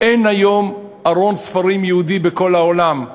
אין היום ארון ספרים יהודי בכל העולם,